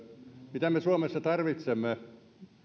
mitä me suomessa tarvitsemme